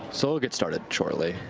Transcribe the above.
so we'll get started shortly.